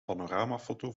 panoramafoto